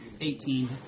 Eighteen